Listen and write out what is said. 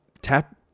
tap